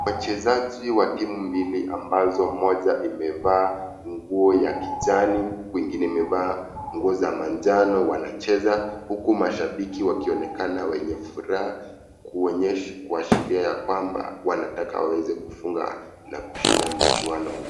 Wachezaji wa timu mbili ambazo moja imevaa nguo ya kijani huku ingine imevaa nguo za manjano wanacheza huku mashabiki wakionekana wenye furaha kuashiria ya kwamba wanataka waweze kufunga na kushinda mchuano huu.